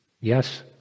Yes